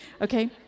Okay